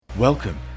Welcome